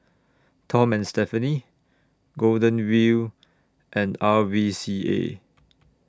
Tom and Stephanie Golden Wheel and R V C A